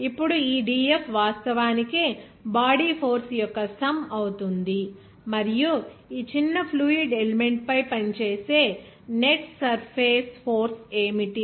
ఇప్పుడు ఈ dF వాస్తవానికి బాడీ ఫోర్స్ యొక్క సమ్ అవుతుంది మరియు ఈ చిన్న ఫ్లూయిడ్ ఎలిమెంట్ పై పనిచేసే నెట్ సర్ఫేస్ ఫోర్స్ ఏమిటి